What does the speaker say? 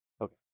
Okay